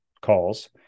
calls